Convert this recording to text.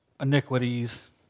iniquities